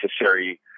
necessary